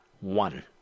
one